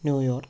New York